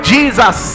Jesus